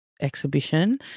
exhibition